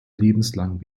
lebenslang